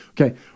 Okay